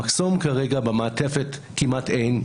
המחסום כרגע במעטפת כמעט אין,